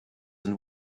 and